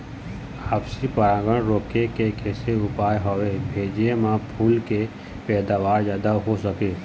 आपसी परागण रोके के कैसे उपाय हवे भेजे मा फूल के पैदावार जादा हों सके?